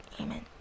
Amen